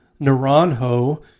Naranjo